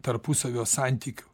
tarpusavio santykių